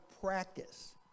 practice